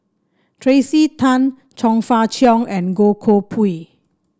Tracey Tan Chong Fah Cheong and Goh Koh Pui